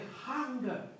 hunger